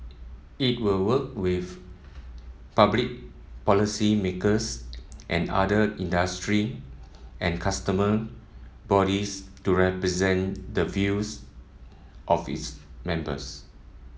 it will work with public policymakers and other industry and consumer bodies to represent the views of its members